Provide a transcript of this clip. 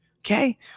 Okay